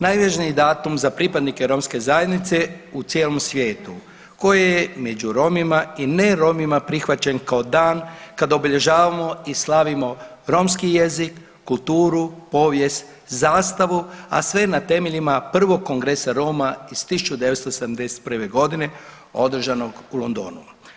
najvažniji datum za pripadnike romske zajednice u cijelom svijetu koje je među Romima i ne Romima prihvaćen kao dan kada obilježavamo i slavimo romski jezik, kulturu, povijest, zastavu, a sve na temeljima prvog kongresa Roma iz 1971. godine održanog u Londonu.